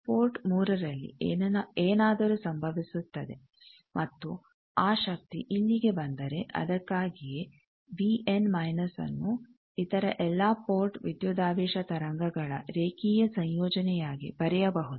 port 3 ನಲ್ಲಿ ಏನಾದರೂ ಸಂಭವಿಸುತ್ತದೆ ಮತ್ತು ಆ ಶಕ್ತಿ ಇಲ್ಲಿಗೆ ಬಂದರೆ ಅದಕ್ಕಾಗಿಯೇ ನ್ನು ಇತರ ಎಲ್ಲ ಪೋರ್ಟ್ ವಿದ್ಯುದಾವೇಶ ತರಂಗಗಳ ರೇಖೀಯ ಸಂಯೋಜನೆಯಾಗಿ ಬರೆಯಬಹುದು